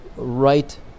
Right